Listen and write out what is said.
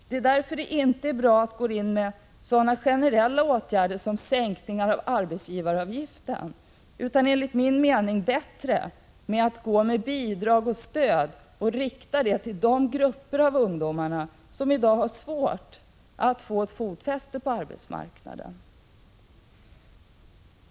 Det är därför som det inte är bra att gå in med sådana generella åtgärder som sänkning av arbetsgivaravgiften. Enligt min mening är det bättre att gå in med bidrag och stöd som riktas till de grupper av ungdomar som i dag har svårt att få ett fotfäste på arbetsmarknaden.